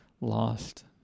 lost